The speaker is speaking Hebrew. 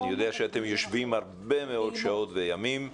אני יודע שאתם יושבים הרבה מאוד שעות וימים.